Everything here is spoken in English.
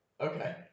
Okay